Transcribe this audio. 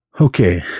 Okay